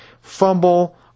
fumble